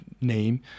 name